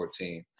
2014